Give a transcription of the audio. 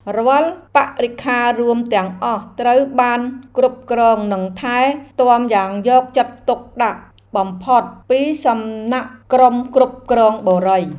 រាល់បរិក្ខាររួមទាំងអស់ត្រូវបានគ្រប់គ្រងនិងថែទាំយ៉ាងយកចិត្តទុកដាក់បំផុតពីសំណាក់ក្រុមគ្រប់គ្រងបុរី។